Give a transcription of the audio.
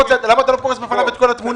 אבל למה אתה לא פורס בפניו את כל התמונה?